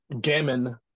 gammon